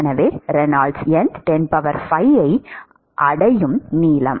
எனவே ரெனால்ட்ஸ் எண் 105 ஐ அடையும் நீளம்